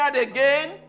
again